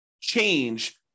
change